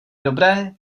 dobré